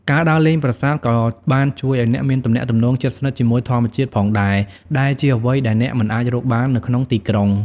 ការដើរលេងប្រាសាទក៏បានជួយឱ្យអ្នកមានទំនាក់ទំនងជិតស្និទ្ធជាមួយធម្មជាតិផងដែរ ដែលជាអ្វីដែលអ្នកមិនអាចរកបាននៅក្នុងទីក្រុង។